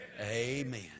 Amen